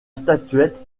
statuette